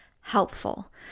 helpful